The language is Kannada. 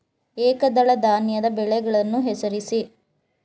ಏಕದಳ ಧಾನ್ಯದ ಬೆಳೆಗಳನ್ನು ಹೆಸರಿಸಿ?